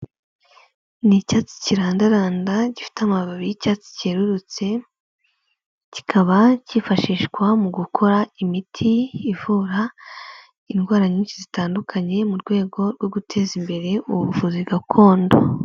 Ni icyatsi kirandaranda gifite amababi y'icyatsi cyerurutse, kikaba cyifashishwa mu gukora imiti ivura indwara nyinshi zitandukanye mu rwego rwo guteza imbere ubuvuzi gakondo.